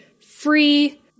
free